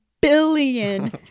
billion